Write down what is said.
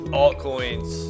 altcoins